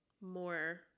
more